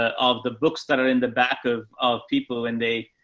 ah of the books that are in the back of, of people and they,